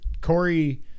Corey